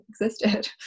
existed